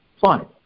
Fine